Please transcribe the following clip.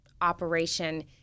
operation